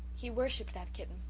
he worshipped that kitten.